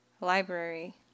library